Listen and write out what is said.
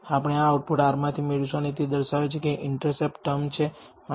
આપણે આ output R માંથી મેળવીશું અને તે જણાવે છે કે ઇન્ટરસેપ્ટ ટર્મ છે 24